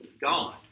God